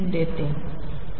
देते